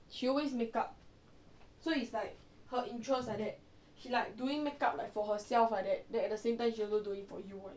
she always makeup so it's like her interest like that she like doing makeup for herself like that then at the same time also doing for you right